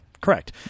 Correct